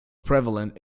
prevalent